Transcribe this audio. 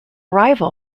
rival